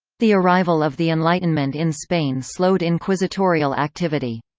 the arrival of the enlightenment in spain slowed inquisitorial activity.